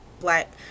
black